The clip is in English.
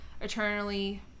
eternally